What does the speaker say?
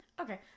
Okay